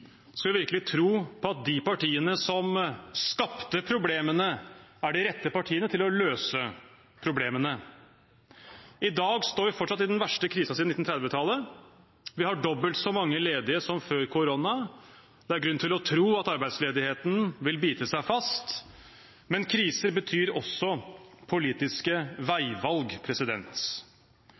Skal vi virkelig tro på at de partiene som skapte problemene, er de rette partiene til å løse problemene? I dag står vi fortsatt i den verste krisen siden 1930-tallet. Vi har dobbelt så mange ledige som før korona. Det er grunn til å tro at arbeidsledigheten vil bite seg fast, men kriser betyr også politiske veivalg.